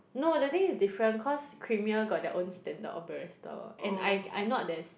no the thing is different cause creamier got their own standard of barista and I I'm not there